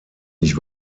nicht